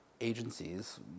agencies